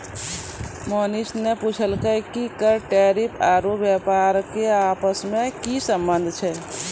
मोहनीश ने पूछलकै कि कर टैरिफ आरू व्यापार के आपस मे की संबंध छै